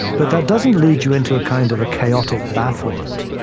but that doesn't lead you into a kind of a chaotic bafflement.